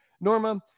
Norma